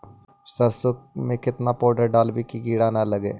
सरसों में केतना पाउडर डालबइ कि किड़ा न लगे?